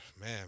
man